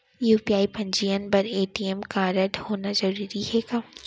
UPI पंजीयन बर ATM कारडहोना जरूरी हे का?